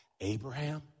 Abraham